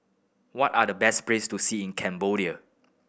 what are the best place to see in Cambodia